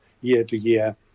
year-to-year